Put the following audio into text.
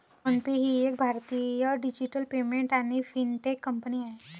phone पे ही एक भारतीय डिजिटल पेमेंट आणि फिनटेक कंपनी आहे